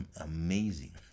amazing